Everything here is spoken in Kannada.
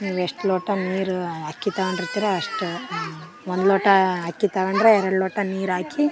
ನೀವು ಎಷ್ಟು ಲೋಟ ನೀರು ಅಕ್ಕಿ ತಗೋಂಡಿರ್ತೀರ ಅಷ್ಟು ಒಂದು ಲೋಟ ಅಕ್ಕಿ ತಗೋಂಡ್ರೆ ಎರಡು ಲೋಟ ನೀರು ಹಾಕಿ